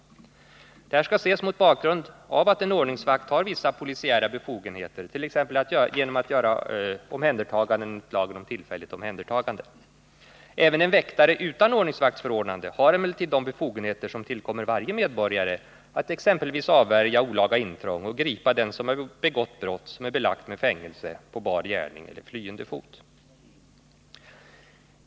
Detta skall ses mot bakgrund av att en ordningsvakt har vissa polisiära befogenheter, t.ex. att göra omhändertaganden enligt lagen om tillfälligt omhändertagande. Även en väktare utan ordningsvaktsförordnande har emellertid de befogenheter som tillkommer varje medborgare att exempelvis avvärja olaga intrång och gripa den — på bar gärning eller flyende fot — som har begått brott som är belagt med fängelse.